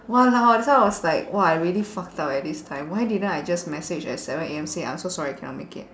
!walao! that's why I was like !wah! I really fucked up eh this time why didn't I just message at seven A_M say I'm so sorry I cannot make it